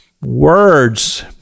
words